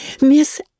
Miss